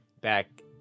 back